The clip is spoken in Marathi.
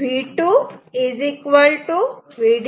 V2 Vd2 0 V2